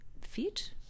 fit